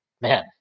man